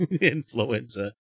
influenza